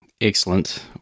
Excellent